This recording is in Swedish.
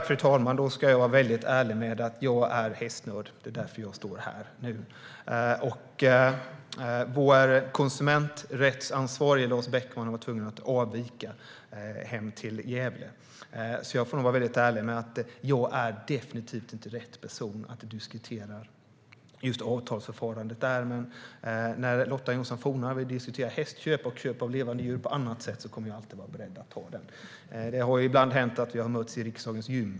Fru talman! Jag ska vara väldigt ärlig med att jag är hästnörd, och det är därför jag står här nu. Vår konsumenträttsansvarige Lars Beckman var tvungen att avvika hem till Gävle. Jag får vara ärlig och säga att jag definitivt inte är rätt person att diskutera just avtalsförfarandet med. När Lotta Johnsson Fornarve vill diskutera hästköp och köp av levande djur på annat sätt kommer jag alltid att vara beredd att ta diskussionen. Det har ibland hänt att vi har mötts i riksdagens gym.